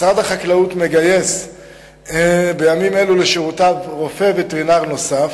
משרד החקלאות מגייס בימים אלו לשורותיו רופא וטרינר נוסף,